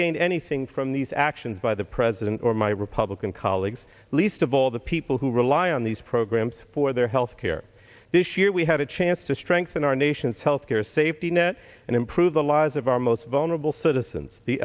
gained anything from these actions by the president or my republican colleagues least of all the people who rely on these programs for their health care this year we had a chance to strengthen our nation's health care safety net and improve the lives of our most vulnerable citizens the